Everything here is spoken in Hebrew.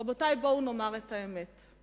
רבותי, בואו נאמר את האמת: